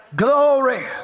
Glory